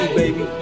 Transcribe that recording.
baby